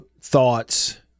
thoughts